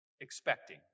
expecting